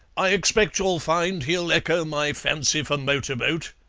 i expect you'll find he'll echo my fancy for motorboat,